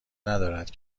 ندارد